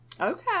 Okay